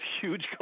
huge